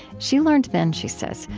she learned then, she says,